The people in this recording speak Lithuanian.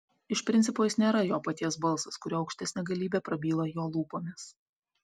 iš principo jis nėra jo paties balsas kuriuo aukštesnė galybė prabyla jo lūpomis